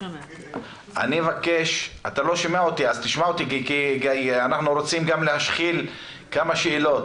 אתה לא שומע אותי כי אנחנו רוצים גם להשחיל כמה שאלות